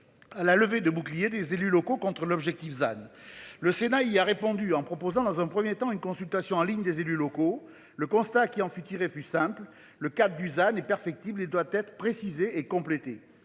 À la levée de boucliers des élus locaux contre l'objectif. Le Sénat il y a répondu en proposant dans un 1er temps une consultation en ligne des élus locaux. Le constat qui en fut tiré fut simple le cap Dusan est perfectible et doit être précisée et complétée.